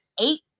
eight